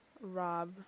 Rob